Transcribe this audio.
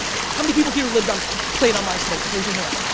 how many people here lived on, played on myspace, raise your hand.